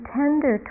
tender